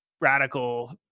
radical